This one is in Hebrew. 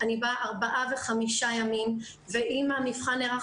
אני באה ארבעה וחמישה ימים ואם המבחן נערך